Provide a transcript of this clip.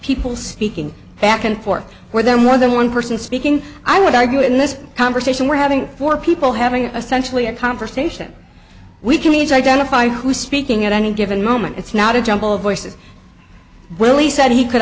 people speaking back and forth where there are more than one person speaking i would argue in this conversation we're having four people having a sensually a conversation we can each identify who's speaking at any given moment it's not a jumble of voices really said he could